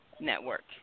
network